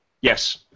Yes